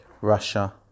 russia